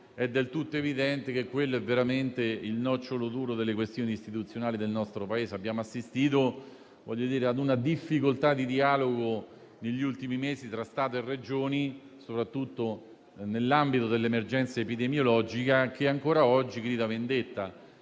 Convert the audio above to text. È del tutto evidente, infatti, che quello è veramente il nocciolo duro delle questioni istituzionali del nostro Paese. Abbiamo assistito ad una difficoltà di dialogo negli ultimi mesi tra Stato e Regioni, soprattutto nell'ambito dell'emergenza epidemiologica, che ancora oggi grida vendetta.